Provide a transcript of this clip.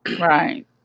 Right